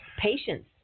patience